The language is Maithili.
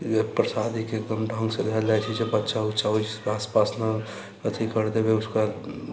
प्रसादिके एकदम ढङ्गसँ राखल जाइत छै जे बच्चा वच्चा ओकर आस पास नहि अथि कर देबै उसका